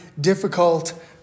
difficult